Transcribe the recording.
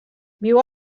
viu